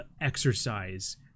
exercise